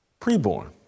Preborn